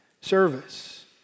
service